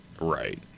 right